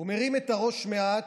הוא מרים את הראש מעט,